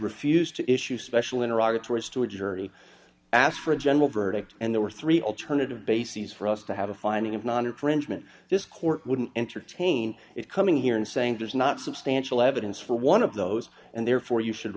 jury asked for a general verdict and there were three alternative bases for us to have a finding of non infringement this court wouldn't entertain it coming here and saying there's not substantial evidence for one of those and therefore you should